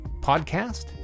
podcast